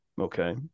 Okay